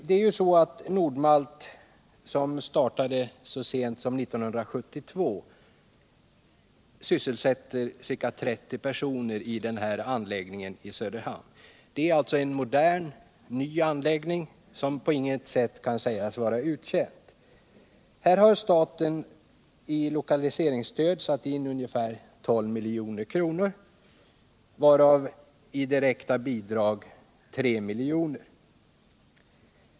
Nord-Malt AB, som startade sin verksamhet så sent som 1972, sysselsätter ca 30 personer i sin fabrik i Söderhamn. Den anläggningen är modern och ny och kan på intet sätt sägas vara uttjänt. Staten har för verksamheten satt in ett lokaliseringsstöd om ungefär 12 milj.kr., varav 3 milj.kr. i direkt bidrag.